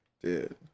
Dude